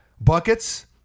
Buckets